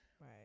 right